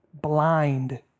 blind